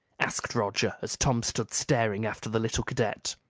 asked roger, as tom stood staring after the little cadet.